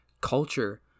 culture